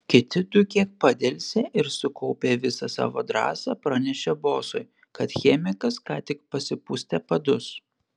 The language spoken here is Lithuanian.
kiti du kiek padelsė ir sukaupę visą savo drąsą pranešė bosui kad chemikas ką tik pasipustė padus